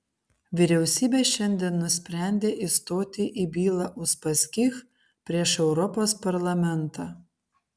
vyriausybė šiandien nusprendė įstoti į bylą uspaskich prieš europos parlamentą